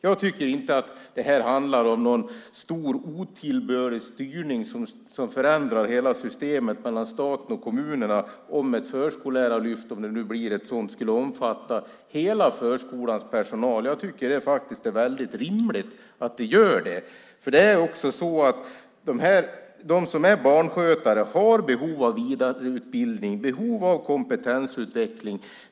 Jag tycker inte att det handlar om någon otillbörlig styrning som förändrar hela systemet mellan staten och kommunerna om ett förskollärarlyft, om det nu blir ett sådant, skulle omfatta hela förskolans personal. Jag tycker att det är rimligt att det gör det. De som är barnskötare har behov av vidareutbildning och kompetensutveckling.